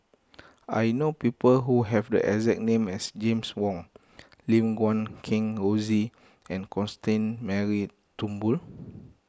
I know people who have the exact name as James Wong Lim Guat Kheng Rosie and Constance Mary Turnbull